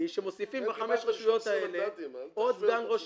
שמוסיפים לחמש רשויות האלה עוד סגן ראש